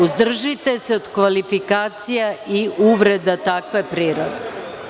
Uzdržite se od kvalifikacija i uvreda takve prirode.